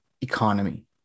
economy